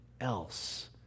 else